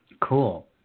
Cool